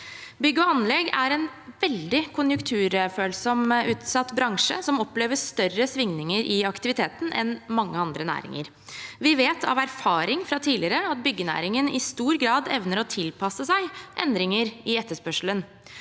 Bygg og anlegg er en veldig konjunkturfølsom og utsatt bransje, som opplever større svingninger i aktiviteten enn mange andre næringer. Vi vet av erfaring fra tidligere at byggenæringen i stor grad evner å tilpasse seg endringer i etterspørselen.